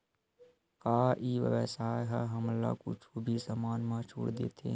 का ई व्यवसाय ह हमला कुछु भी समान मा छुट देथे?